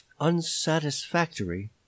unsatisfactory